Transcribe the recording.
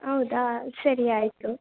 ಹೌದಾ ಸರಿ ಆಯಿತು